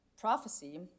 prophecy